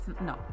No